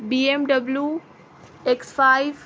B M W X five